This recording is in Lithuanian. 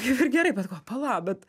kaip ir gerai bet galvoju pala bet